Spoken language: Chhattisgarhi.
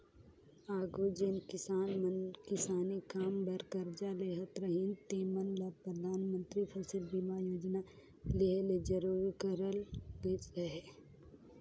आघु जेन किसान मन किसानी काम बर करजा लेहत रहिन तेमन ल परधानमंतरी फसिल बीमा योजना लेहे ले जरूरी करल गइस अहे